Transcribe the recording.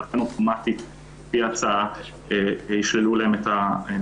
ולכן אוטומטית על פי ההצעה ישללו להן את האפוטרופסות.